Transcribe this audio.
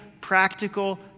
practical